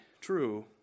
true